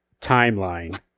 timeline